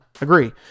Agree